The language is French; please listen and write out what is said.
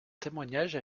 témoignages